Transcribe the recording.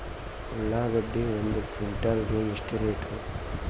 ಉಳ್ಳಾಗಡ್ಡಿ ಒಂದು ಕ್ವಿಂಟಾಲ್ ಗೆ ಎಷ್ಟು ರೇಟು?